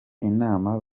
inama